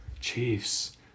Chiefs